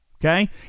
Okay